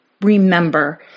remember